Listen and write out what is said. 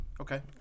Okay